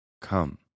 Come